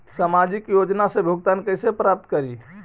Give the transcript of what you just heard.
सामाजिक योजना से भुगतान कैसे प्राप्त करी?